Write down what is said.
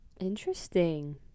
Interesting